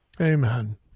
Amen